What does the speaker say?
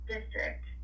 District